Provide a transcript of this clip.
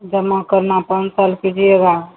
जमा करना पाँच साल कीजिएगा